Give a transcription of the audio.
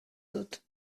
dut